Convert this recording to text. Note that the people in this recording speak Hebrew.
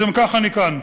לשם כך אני כאן.